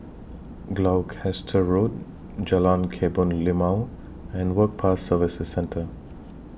Gloucester Road Jalan Kebun Limau and Work Pass Services Centre